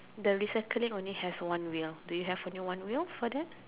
the recycling only have one wheel do you have only one wheel for that